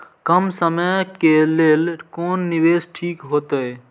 कम समय के लेल कोन निवेश ठीक होते?